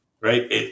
right